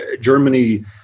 Germany